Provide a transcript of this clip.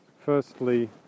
firstly